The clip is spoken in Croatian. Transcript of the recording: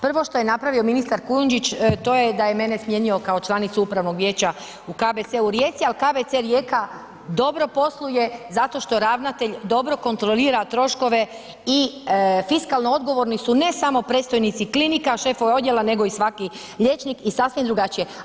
Prvo što je napravio ministar Kujundžić, to je da je mene smijenio kao članicu Upravnog vijeća u KBC-u u Rijeci, ali KBC Rijeka dobro posluje zato što ravnatelj dobro kontrolira troškove i fiskalno odgovorni su, ne samo predstojnici klinika, šefovi odjela nego i svaki liječnik i sasvim drugačije je.